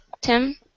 Tim